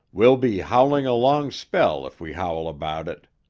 we'll be howling a long spell if we howl about it.